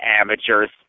amateurs